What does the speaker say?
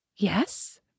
Yes